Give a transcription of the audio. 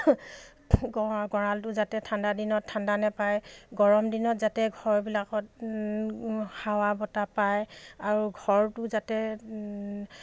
গঁৰালটো যাতে ঠাণ্ডাৰ দিনত ঠাণ্ডা নাপায় গৰম দিনত যাতে ঘৰবিলাকত হাৱা বতাহ পায় আৰু ঘৰটো যাতে